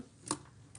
מסוימת.